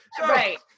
right